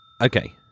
Okay